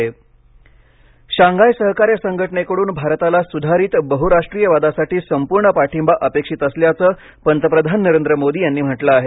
पंतप्रधान शांघाय सहकार्य संघटनेकडून भारताला सुधारित बहुराष्ट्रीयवादासाठी संपूर्ण पाठिंबा अपेक्षित असल्याचं पंतप्रधान नरेंद्र मोदी यांनी म्हटलं आहे